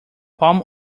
palm